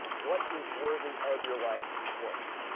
what is worthy of your life's work.